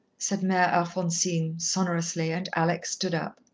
said mere alphonsine sonorously, and alex stood up.